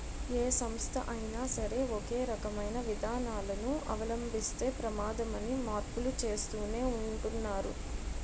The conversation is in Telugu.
ఏ సంస్థ అయినా సరే ఒకే రకమైన విధానాలను అవలంబిస్తే ప్రమాదమని మార్పులు చేస్తూనే ఉంటున్నారు